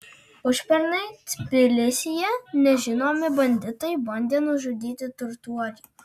užpernai tbilisyje nežinomi banditai bandė nužudyti turtuolį